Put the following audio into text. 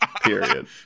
period